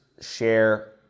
share